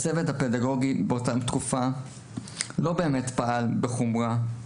הצוות הפדגוגי באותה תקופה לא באמת פעל בחומרה,